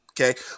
okay